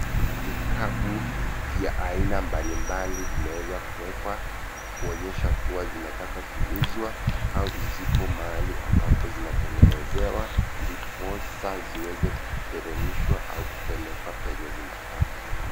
Vikapu vya aina mbalimbali vimeweza kuwekwa kuonyesha kuwa zinataka kuuzwa au zipo mahali ambapo zinatengenezewa ndiposa ziweze kuteremshwa au kupelekwa penye zinafaa kuchukuliwa.